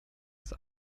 ist